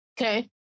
okay